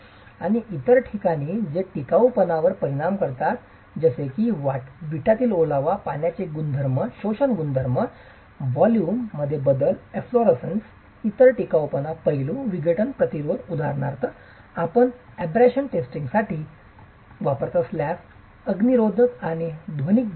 आणि इतर जे टिकाऊपणावर परिणाम करतात जसे की वीटातील ओलावा पाण्याचे शोषण गुणधर्म व्हॉल्यूम मध्ये बदल इफ्लोरेसेन्स इतर टिकाऊपणा पैलू विघटन प्रतिरोध उदाहरणार्थ आपण अब्राशन रेसिस्टन्स साठी वापरत असल्यास अग्निरोधक आणि ध्वनिक गुणधर्म